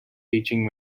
teaching